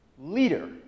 leader